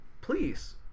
please